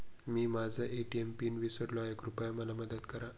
मी माझा ATM pin विसरलो आहे, कृपया मला मदत करा